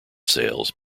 sales